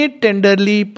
tenderly